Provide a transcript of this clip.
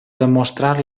demostrat